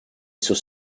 sus